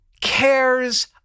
cares